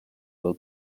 will